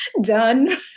done